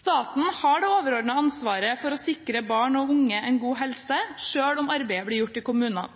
Staten har det overordnede ansvaret for å sikre barn og unge en god helse, selv om arbeidet blir gjort i kommunene.